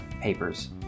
papers